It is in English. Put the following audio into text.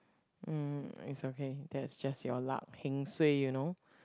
mm it's okay that's just your luck heng suay you know